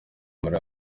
muri